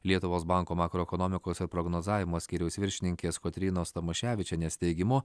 lietuvos banko makroekonomikos ir prognozavimo skyriaus viršininkės kotrynos tomaševičienės teigimu